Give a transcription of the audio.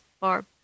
Barb